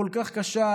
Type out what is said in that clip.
הכל-כך קשה,